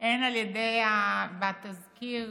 הן בתזכיר